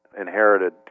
inherited